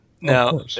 now